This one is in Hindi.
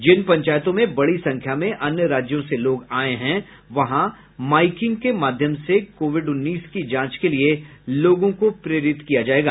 जिन पंचायतों में बड़ी संख्या में अन्य राज्यों से लोग आये हैं वहां माईकिंग के माध्यम से कोविड उन्नीस की जांच के लिये लोगों को प्रेरित किया जायेगा